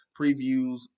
previews